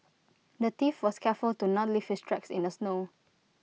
the thief was careful to not leave his tracks in the snow